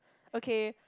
okay